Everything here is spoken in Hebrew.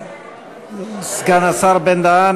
סגן השר בן-דהן,